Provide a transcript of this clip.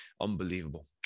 unbelievable